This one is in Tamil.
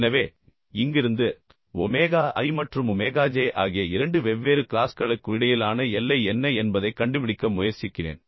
எனவே இங்கிருந்து ஒமேகா i மற்றும் ஒமேகா j ஆகிய இரண்டு வெவ்வேறு க்ளாஸ்களுக்கு இடையிலான எல்லை என்ன என்பதைக் கண்டுபிடிக்க முயற்சிக்கிறேன்